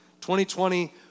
2020